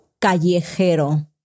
callejero